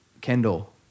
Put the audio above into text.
Kendall